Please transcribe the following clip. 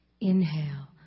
Inhale